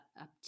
up